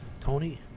Tony